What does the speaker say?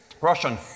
Russian